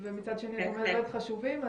אבל מצד שני את אומרת דברים חשובים,